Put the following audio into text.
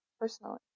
personally